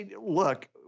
look